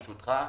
ברשותך,